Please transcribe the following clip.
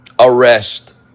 arrest